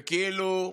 וכאילו אמירותיי,